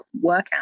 workout